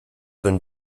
than